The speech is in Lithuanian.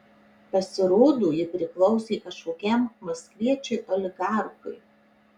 pasirodo ji priklausė kažkokiam maskviečiui oligarchui